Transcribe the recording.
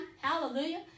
Hallelujah